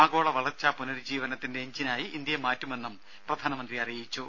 ആഗോള വളർച്ചാ പുനരുജ്ജീവനത്തിന്റെ എഞ്ചിനായി ഇന്ത്യയെ മാറ്റുമെന്നും പ്രധാനമന്ത്രി പറഞ്ഞു